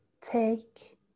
take